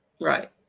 right